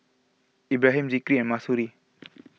Ibrahim Zikri and Mahsuri